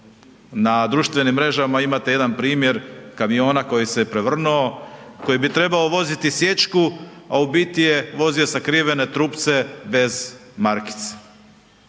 na društvenim mrežama imate jedan primjer kamiona koji se je prevrnuo, koji bi trebao voziti sječku, a u biti je vozio sakrivene trupce bez markice.